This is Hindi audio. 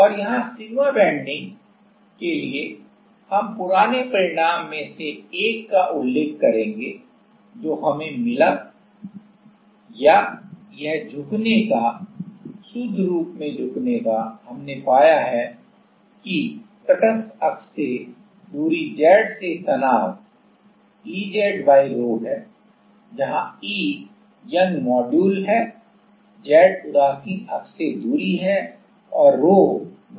और यहाँ सिग्मा बेन्डिंग के लिए हम पुराने परिणाम में से एक का उल्लेख करेंगे जो हमें मिला या यह झुकने का शुद्ध रूप में झुकने का है हमने पाया है कि तटस्थ अक्ष से दूरी z से स्ट्रेस Ez by rho है जहाँ E Young module Young's modules है z उदासीन अक्ष से दूरी है और rho वक्रता की त्रिज्या है